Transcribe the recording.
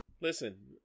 listen